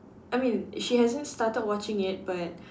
I mean she hasn't started watching it but